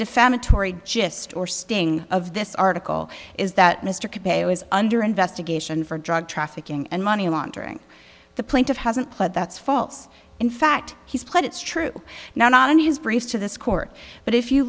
defamatory just or sting of this article is that mr can pay is under investigation for drug trafficking and money laundering the point of hasn't put that's false in fact he's pled it's true now not in his brief to this court but if you